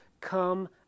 come